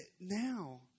now